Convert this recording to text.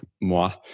moi